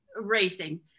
racing